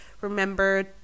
remember